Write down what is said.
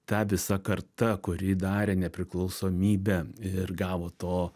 ta visa karta kuri darė nepriklausomybę ir gavo to